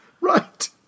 Right